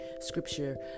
Scripture